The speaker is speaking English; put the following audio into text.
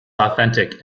authentic